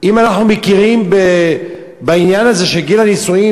אם אנחנו מכירים בעניין הזה של גיל הנישואין